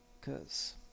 cause